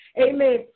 amen